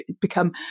become